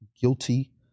guilty